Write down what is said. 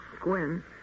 Gwen